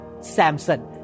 Samson